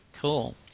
cool